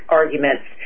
arguments